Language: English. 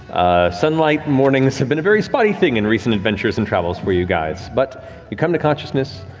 sunlight mornings have been a very spotty thing in recent adventures and travels for you guys but you come to consciousness.